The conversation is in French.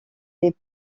des